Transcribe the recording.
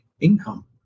income